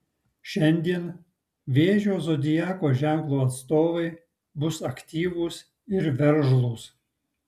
šiandien vėžio zodiako ženklo atstovai bus aktyvūs ir veržlūs